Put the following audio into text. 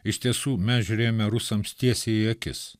iš tiesų mes žiūrėjome rusams tiesiai į akis